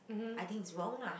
I think is wrong lah